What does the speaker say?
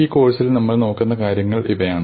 ഈ കോഴ്സിൽ നമ്മൾ നോക്കുന്ന കാര്യങ്ങൾ ഇവയാണ്